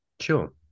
sure